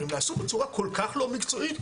אבל הם נעשו בצורה כל כך לא מקצועית,